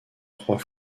trois